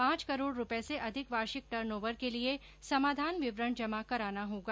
पांच करोड़ रुपये से अधिक वार्षिक टर्न ओवर के लिये समाधान विवरण जमा कराना होगा